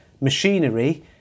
machinery